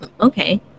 Okay